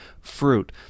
fruit